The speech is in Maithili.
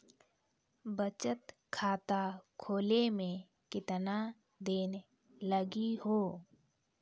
बचत खाता खोले मे केतना दिन लागि हो?